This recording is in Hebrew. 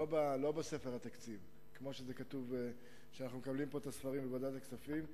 לא בספר התקציב כמו שזה כתוב בספרים שאנחנו מקבלים בוועדת הכספים,